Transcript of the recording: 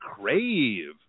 Crave